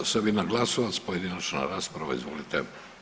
Sabina Glasovac pojedinačna rasprava, izvolite.